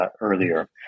earlier